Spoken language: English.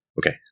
Okay